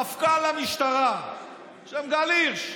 מפכ"ל משטרה בשם גל הירש.